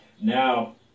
now